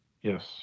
Yes